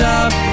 up